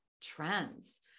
trends